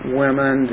women